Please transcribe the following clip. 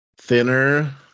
Thinner